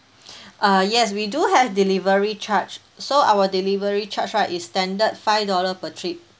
uh yes we do have delivery charge so our delivery charge right is standard five dollar per trip